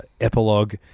epilogue